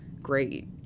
Great